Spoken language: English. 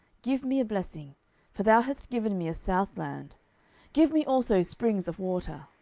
give me a blessing for thou hast given me a south land give me also springs of water.